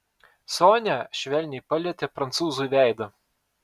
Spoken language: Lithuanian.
sonia švelniai palietė prancūzui veidą